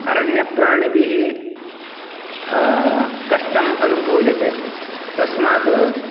अरण्यप्राणिभिः कष्टम् अनुभूयते तस्मात्